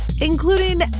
including